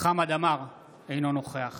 חמד עמאר, אינו נוכח